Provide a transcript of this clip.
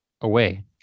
away